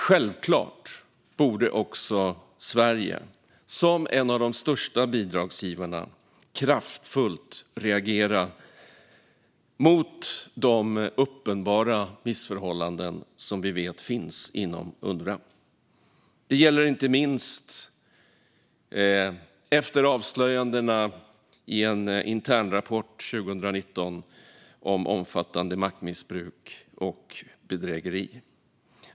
Självklart borde också Sverige, som en av de största bidragsgivarna, kraftfullt reagera mot de uppenbara missförhållanden som vi vet finns inom Unrwa. Det gäller inte minst efter avslöjandena i en internrapport 2019 om omfattande maktmissbruk och bedrägeri.